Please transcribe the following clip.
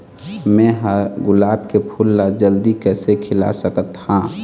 मैं ह गुलाब के फूल ला जल्दी कइसे खिला सकथ हा?